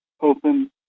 open